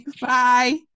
Bye